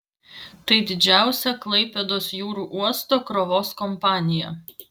tai didžiausia klaipėdos jūrų uosto krovos kompanija